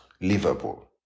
Liverpool